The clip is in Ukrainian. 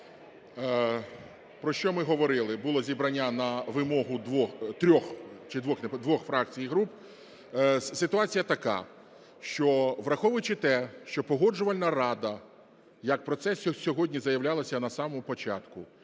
Про що ми говорили? Було зібрання на вимогу двох… трьох… Чи двох? Двох фракцій і груп. Ситуація така, що, враховуючи те, що Погоджувальна рада, як про це сьогодні заявлялося на самому початку,